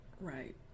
Right